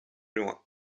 loin